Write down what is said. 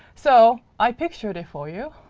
so i pictured it for you.